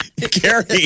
Gary